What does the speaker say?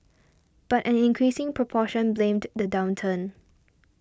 but an increasing proportion blamed the downturn